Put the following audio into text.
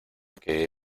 que